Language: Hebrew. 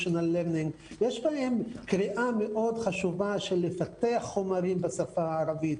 learning יש בהם קריאה חשובה מאוד לפתח חומרים בשפה הערבית.